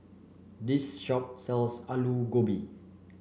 this shop sells Aloo Gobi